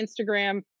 Instagram